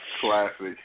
classic